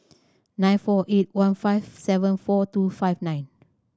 nine four eight one five seven four two five nine